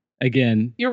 again